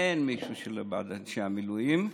אין מישהו שלא בעד אנשי המילואים.